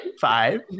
Five